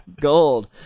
gold